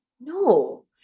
no